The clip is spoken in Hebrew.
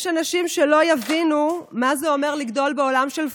יש אנשים שלא יבינו מה זה אומר לגדול בעולם של פוטושופ,